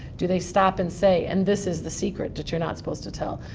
do they stop and say and this is the secret that you're not supposed to tell.